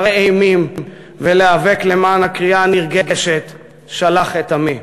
אימים ולהיאבק למען הקריאה הנרגשת "שלח את עמי".